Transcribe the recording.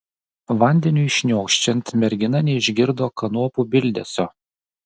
vandeniui šniokščiant mergina neišgirdo kanopų bildesio